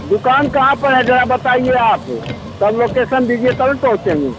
दुकान कहाँ पर है जरा बताइए आप तब लोकेसन दीजिए तभी ना पहुँचेंगे